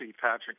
Patrick